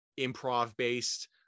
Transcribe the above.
improv-based